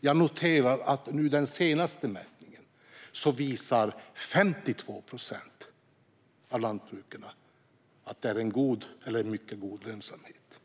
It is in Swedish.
I den senaste mätningen är det 52 procent av lantbruken som upplever god eller mycket god lönsamhet.